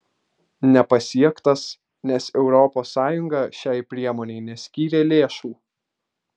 nepasiektas nes europos sąjunga šiai priemonei neskyrė lėšų